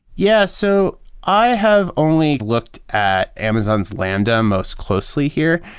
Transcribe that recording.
yeah so i have only looked at amazon's lambda most closely here,